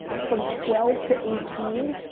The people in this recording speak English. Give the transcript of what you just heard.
from twelve to eighteen,